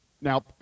Now